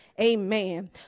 Amen